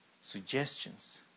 suggestions